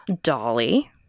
Dolly